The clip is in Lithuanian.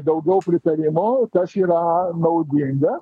daugiau pritarimo tas yra naudinga